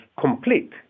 complete